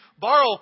borrow